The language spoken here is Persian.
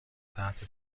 تحت